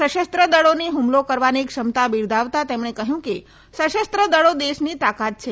સશસ્ત્ર દળોની હ્મલો કરવાની ક્ષમતા બિરદાવતા તેમણે કહ્યું કે સશસ્ત્ર દળો દેશની તાકાત છે